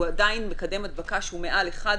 הוא עדיין מקדם הדבקה שהוא מעל 1,